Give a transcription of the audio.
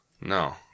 No